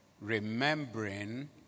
remembering